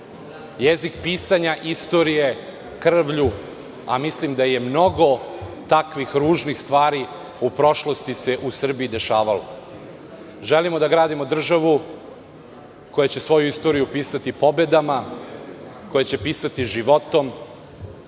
jezik pisanja istorije krvlju, a mislim da se mnogo takvih ružnih stvari u prošlosti dešavalo. Želimo da gradimo državu koja će svoju istoriju pisati pobedama, koja će pisati životom,